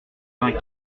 vingt